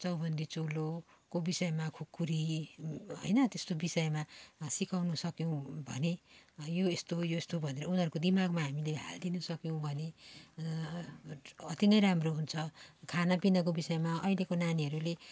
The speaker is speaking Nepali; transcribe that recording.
चौबन्दी चोलोको विषयमा खुकुरी होइन त्यस्तो विषयमा सिकाउन सक्यौँ भने यो यस्तो यो यस्तो हो भनेर उनीहरूको दिमागमा हामीले हाल्दिनँ सक्यौँ भने अति नै राम्रो हुन्छ खानापिनाको विषयमा अहिलेको नानीहरूले